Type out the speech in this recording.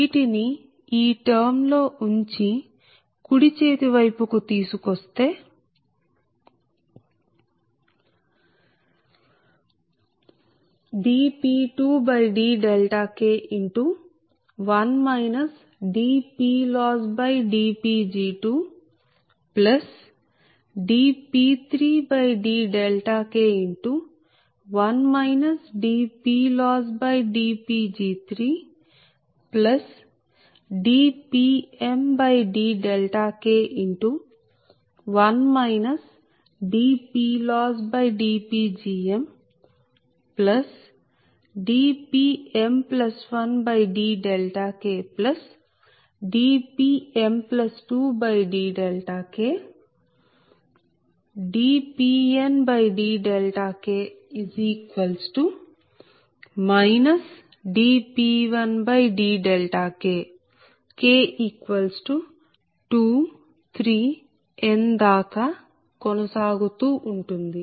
వీటిని ఈ టర్మ్ లో ఉంచి కుడి చేతి వైపు కు తీసుకొస్తే dP2dK1 dPLossdPg2dP3dK1 dPLossdPg3dPmdK1 dPLossdPgmdPm1dKdPm2dKdPndK dP1dKk23n కొనసాగుతూ ఉంటుంది